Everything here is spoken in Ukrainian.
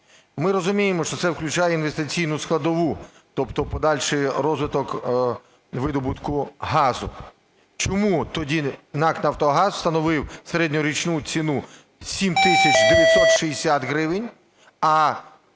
Ми розуміємо, що це включає інвестиційну складову, тобто подальший розвиток видобутку газу. Чому тоді НАК "Нафтогаз" встановив середньорічну ціну 7 тисяч 960 гривень, а